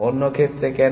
অন্য ক্ষেত্রে কেন